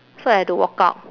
so I had to walk out